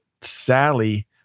Sally